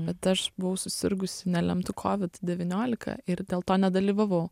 bet aš buvau susirgusi nelemtu kovid devyniolika ir dėl to nedalyvavau